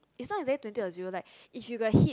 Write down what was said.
is not exactly twenty or zero like if you got hit